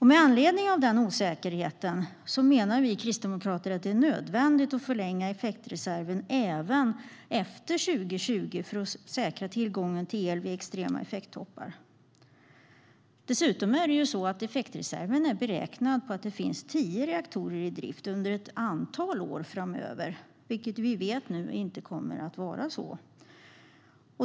Med anledning av den osäkerheten menar vi kristdemokrater att det är nödvändigt att förlänga effektreserven även efter år 2020 för att säkra tillgången till el vid extrema effekttoppar. Dessutom är effektreserven beräknad på att det finns tio reaktorer i drift under ett antal år framöver, men vi vet nu att det inte kommer att vara så.